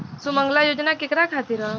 सुमँगला योजना केकरा खातिर ह?